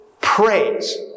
praise